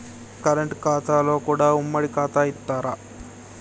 Current ఖాతాలో కూడా ఉమ్మడి ఖాతా ఇత్తరా?